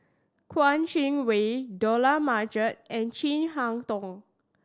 Kouo Shang Wei Dollah Majid and Chin Harn Tong